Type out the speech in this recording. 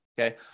Okay